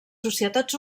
societats